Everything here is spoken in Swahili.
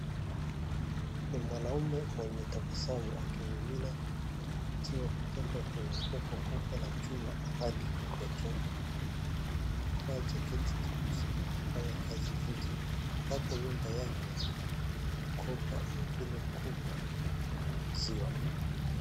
Ni mwanamme mwenye tabasamu akimimina maziwa kutoka kwenye kopo kubwa la chuma hadi kwa chombo, amevaa jacketi jeusi na anafanya kazi nje hapo nyuma yake kuna kopo ingine kubwa lenye maziwa .